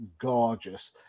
gorgeous